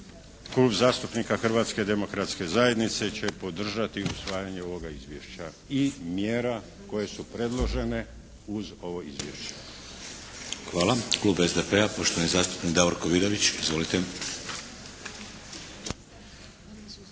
Klub zastupnika Hrvatske demokratske zajednice će podržati usvajanje ovoga izvješća i mjera koje su predložene uz ovo izvješće. **Šeks, Vladimir (HDZ)** Hvala. Klub SDP-a, poštovani zastupnik Davorko Vidović. Izvolite.